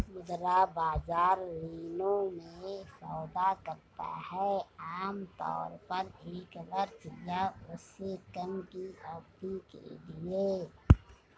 मुद्रा बाजार ऋणों में सौदा करता है आमतौर पर एक वर्ष या उससे कम की अवधि के लिए